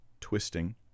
twisting